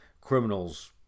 Criminals